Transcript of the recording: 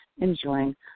Enjoying